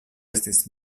estis